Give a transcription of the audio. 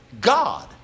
God